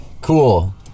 Cool